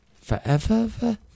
forever